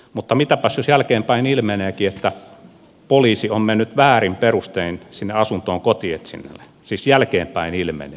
mutta mitäpäs jos jälkeenpäin ilmeneekin että poliisi on mennyt väärin perustein sinne asuntoon kotietsinnälle siis jälkeenpäin ilmenee